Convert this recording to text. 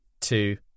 two